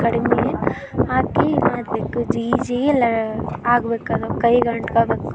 ಕಡಿಮೆ ಹಾಕಿ ನಾದಬೇಕು ಜಿಗಿಜಿಗಿ ಲ ಆಗ್ಬೇಕು ಅದು ಕೈಗೆ ಅಂಟ್ಕೋಬೇಕು